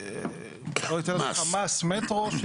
מס מטרו,